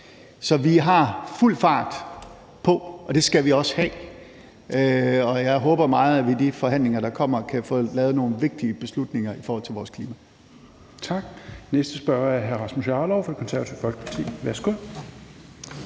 Så vi har fuld fart på, og det skal vi også have, og jeg håber meget, at vi i de forhandlinger, der kommer, kan få truffet nogle vigtige beslutninger i forhold til vores klima.